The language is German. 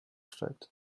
steigt